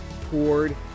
poured